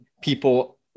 people